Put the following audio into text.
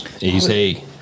Easy